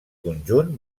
conjunt